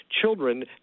children